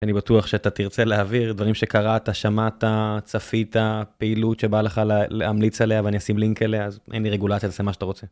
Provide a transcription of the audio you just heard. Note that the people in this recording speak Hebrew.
אני בטוח שאתה תרצה להעביר דברים שקראת שמעת צפית פעילות שבא לך להמליץ עליה ואני אשים לינק אליה אין לי רגולציה תעשה מה שאתה רוצה.